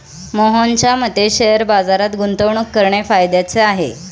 मोहनच्या मते शेअर बाजारात गुंतवणूक करणे फायद्याचे आहे